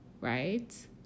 right